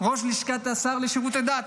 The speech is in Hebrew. ראש לשכת השר לשירותי דת,